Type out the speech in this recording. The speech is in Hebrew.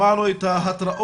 שמענו את ההתראות,